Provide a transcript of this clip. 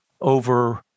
over